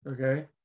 okay